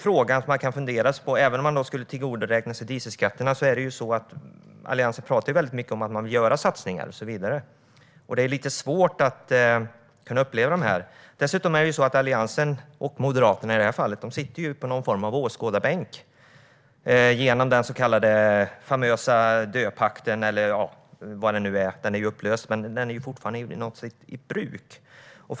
Alliansen talar mycket om att man vill göra satsningar och så vidare. Det är lite svårt att uppleva det så, även om man skulle tillgodoräkna sig dieselskatterna. Dessutom sitter Alliansen, och Moderaterna i det här fallet, på någon form av åskådarbänk genom den famösa så kallade DÖ-pakten, eller vad den nu är. Den är ju upplöst, men den är fortfarande i något slags bruk.